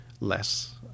less